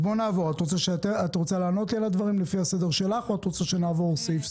את רוצה לענות לי על הדברים לפי הסדר שלך או שאת רוצה שנעבור סעיף,